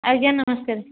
ଆଜ୍ଞା ନମସ୍କାର